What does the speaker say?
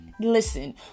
listen